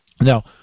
Now